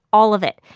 all of it.